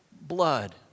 blood